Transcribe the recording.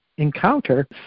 encounter